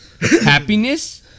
Happiness